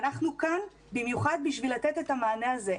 ואנחנו כאן במיוחד בשביל לתת את המענה הזה.